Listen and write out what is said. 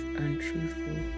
untruthful